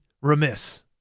remiss